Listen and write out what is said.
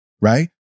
right